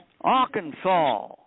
Arkansas